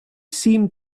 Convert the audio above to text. seemed